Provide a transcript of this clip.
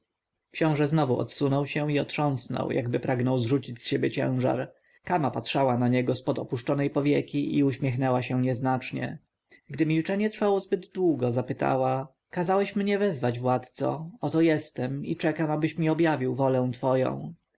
książę znowu odsunął się i otrząsnął jakby pragnąc zrzucić z siebie ciężar kama patrzyła na niego z pod opuszczonej powieki i uśmiechnęła się nieznacznie gdy milczenie trwało zbyt długo spytała kazałeś mnie wezwać władco oto jestem i czekam abyś mi objawił wolę twoją